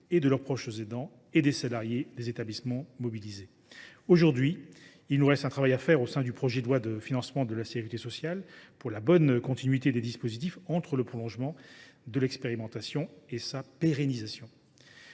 de leurs proches aidants et des salariés des établissements mobilisés. Aujourd’hui, il nous reste un travail à faire au sein du projet de loi de financement de la sécurité sociale pour la bonne continuité des dispositifs entre le prolongement de l’expérimentation et sa pérennisation.